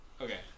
Okay